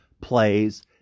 plays